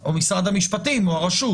או משרד המשפטים או הרשות.